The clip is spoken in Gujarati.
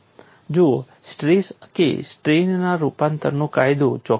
જુઓ સ્ટ્રેસ કે સ્ટ્રેઇનના રૂપાંતરણનો કાયદો ચોક્કસ છે